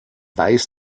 weiß